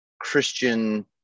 christian